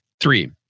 Three